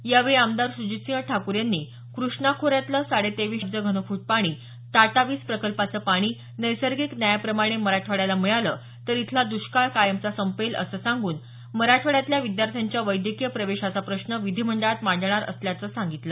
यावेळी आमदार सुजितसिंह ठाकूर यांनी कृष्णा खोऱ्यातलं साडेतेवीस अब्ज घनफूट पाणी टाटा वीज प्रकल्पाचं पाणी नैसर्गिक न्यायाप्रमाणं मराठवाड्याला मिळालं तर इथला दुष्काळ कायमचा संपेल असं सांगून मराठवाड्यातल्या विद्यार्थ्यांच्या वैद्यकीय प्रवेशाचा प्रश्न विधीमंडळात मांडणार असल्याचं सांगितलं